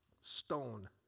stone